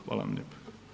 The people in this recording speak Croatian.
Hvala vam lijepo.